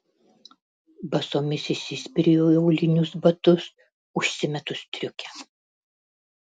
basomis įsispiriu į aulinius batus užsimetu striukę